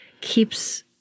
keeps